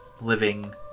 living